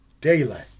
Daylight